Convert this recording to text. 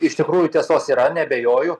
iš tikrųjų tiesos yra neabejoju